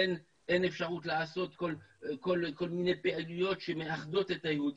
אין אפשרות לעשות כל מיני פעילויות שמאחדות את היהודים,